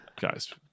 Guys